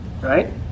Right